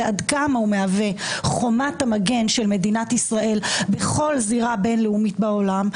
ועד כמה הוא מהווה חומת המגן של מדינת ישראל בכל זירה בין-לאומית בעולם.